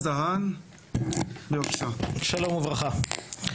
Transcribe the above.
שלום וברכה,